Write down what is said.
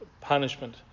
punishment